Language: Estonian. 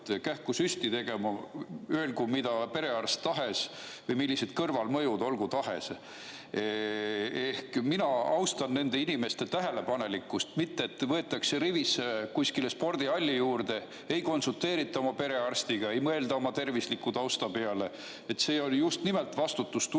kähku süsti tegema, öelgu perearst mida tahes või olgu kõrvalmõjud millised tahes. Mina austan nende inimeste tähelepanelikkust. Mitte et võetakse rivisse kuskile spordihalli juurde, ei konsulteerita oma perearstiga, ei mõelda oma tervisliku tausta peale. See on just nimelt vastutustundlik